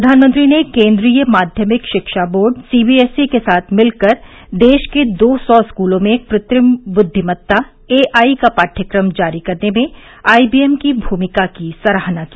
प्रधानमंत्री ने केंद्रीय माध्यमिक शिक्षा बोर्ड सीबीएसई के साथ मिलकर देश के दो सौ स्कूलों में कृत्रिम बुद्विमत्ता एआई का पाठ्यक्रम जारी करने में आईबीएम की भूमिका की सराहना की